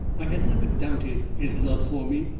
i had never doubted his love for me,